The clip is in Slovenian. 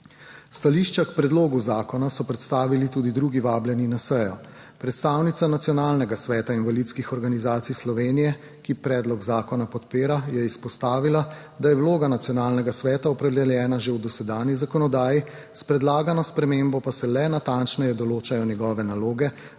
Stališča k predlogu zakona so predstavili tudi drugi vabljeni na sejo. Predstavnica Nacionalnega sveta invalidskih organizacij Slovenije, ki predlog zakona podpira, je izpostavila, da je vloga nacionalnega sveta opredeljena že v dosedanji zakonodaji, s predlagano spremembo pa se le natančneje določajo njegove naloge,